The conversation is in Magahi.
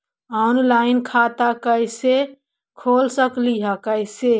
ऑनलाइन खाता कैसे खोल सकली हे कैसे?